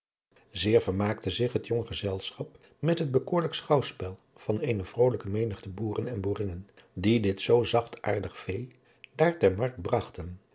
zeer vermaakte zich het jong gezelschap met het bekoorlijk schouwspel van eene vrolijke menigte boeren en boerinnen die dit zoo zachtaardig vee daar ter markt bragten